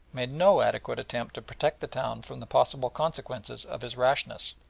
made no adequate attempt to protect the town from the possible consequences of his rashness.